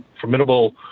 formidable